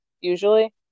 usually